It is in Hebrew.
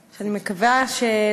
מקווה,